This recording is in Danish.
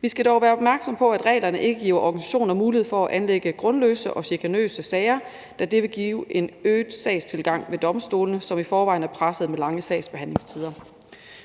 Vi skal dog være opmærksomme på, at reglerne ikke giver organisationer mulighed for at anlægge grundløse og chikanøse sager, da det vil give en øget sagstilgang ved domstolene, som i forvejen er pressede af lange sagsbehandlingstider.